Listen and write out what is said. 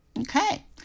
okay